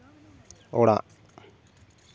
ᱚᱲᱟᱜ